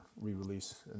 re-release